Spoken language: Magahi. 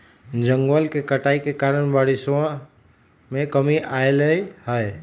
जंगलवन के कटाई के कारण बारिशवा में कमी अयलय है